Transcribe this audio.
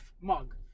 mug